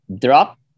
Drop